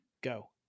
Go